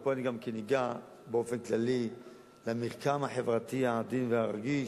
ופה אני גם אגע באופן כללי במרקם החברתי העדין והרגיש,